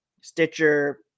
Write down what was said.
Stitcher